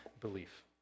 belief